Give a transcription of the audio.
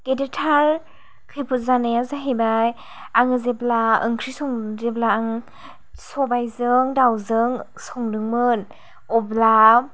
गेदेरथार खैफोद जानाया जाहैबाय आङो जेब्ला ओंख्रि सङो जेब्ला आं सबाइजों दावजों संदोंमोन अब्ला